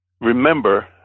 remember